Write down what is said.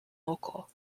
local